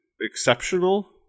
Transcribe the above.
exceptional